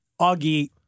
Augie